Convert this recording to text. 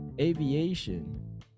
aviation